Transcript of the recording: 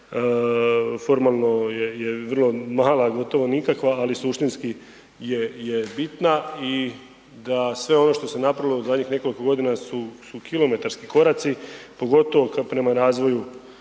formalno je vrlo mala, gotovo nikakva, ali suštinski je bitna i da sve ono što se napravilo u zadnjih nekoliko godina su kilometarski koraci, pogotovo prema razvoju